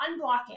unblocking